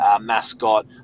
mascot